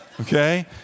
Okay